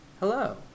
Hello